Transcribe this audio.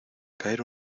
caer